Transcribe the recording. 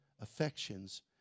affections